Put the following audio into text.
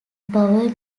bauer